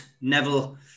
Neville